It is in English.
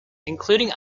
including